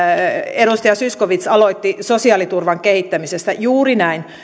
edustaja zyskowicz aloitti sosiaaliturvan kehittämisestä juuri näin